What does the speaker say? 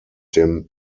dem